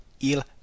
il